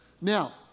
Now